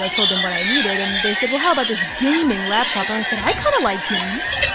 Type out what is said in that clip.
so told them what i needed. and they said, well, how about this gaming laptop? and i said, i kinda like games.